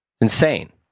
Insane